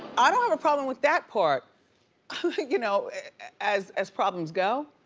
i don't have a problem with that part you know as as problems go.